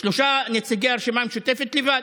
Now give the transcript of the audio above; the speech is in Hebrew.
שלושה נציגי הרשימה המשותפת, לבד.